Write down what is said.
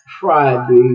Friday